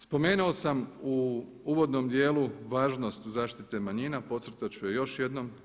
Spomenuo sam u uvodnom dijelu važnost zaštite manjina, podcrtat ću je još jednom.